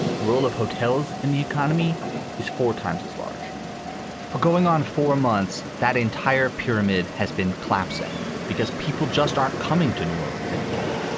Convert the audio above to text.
the rule of hotels in the economy is four times as large for going on for months. that entire pyramid has been collapsing because people just aren't coming to new orleans anymore.